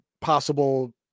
possible